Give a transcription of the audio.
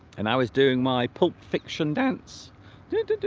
and i was doing my pulp fiction dance